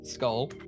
Skull